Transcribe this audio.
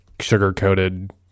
sugar-coated